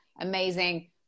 Amazing